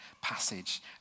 passage